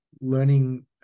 learning